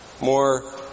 more